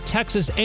Texas